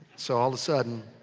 so all the sudden,